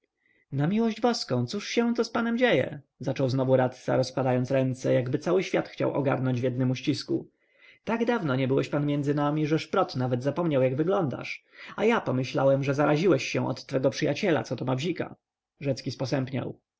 na miłość boską cóż się z panem dzieje zaczął znowu radca rozkładając ręce jakby cały świat chciał ogarnąć w jednym uścisku tak dawno nie byłeś pan między nami że szprot nawet zapomniał jak wyglądasz a ja pomyślałem że zaraziłeś się od twego przyjaciela coto ma bzika